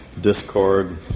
discord